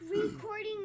recording